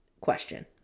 question